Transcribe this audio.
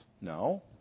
No